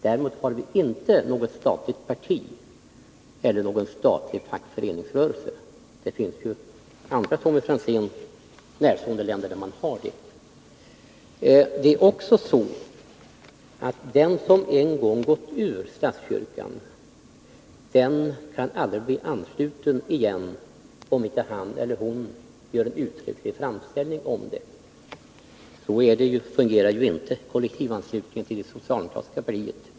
Däremot har vi inte något statligt parti eller någon statlig fackföreningsrörelse. Det finns ju Tommy Franzén närstående länder där man har det. Det är också så att den som en gång gått ur statskyrkan aldrig kan bli ansluten igen, om inte han eller hon gör en uttrycklig framställning om detta. Så fungerar inte kollektivanslutningen till det socialdemokratiska partiet.